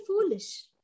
foolish